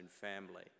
family